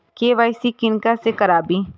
KYC किनका से कराबी?